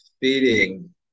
feeding